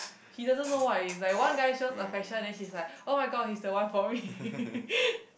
he doesn't know why if like one guy shows affection then she is like [oh]-my-god he's the one for me